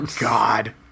God